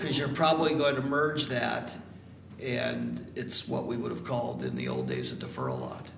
because you're probably going to merge that and it's what we would have called in the old days of the for a lot